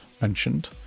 mentioned